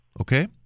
Okay